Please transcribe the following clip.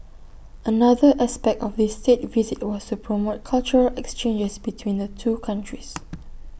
another aspect of this State Visit was to promote cultural exchanges between the two countries